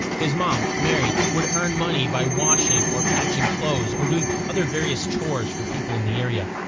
his mom, mary, would earn money by washing or patching clothes or doing other various chores for people in the area.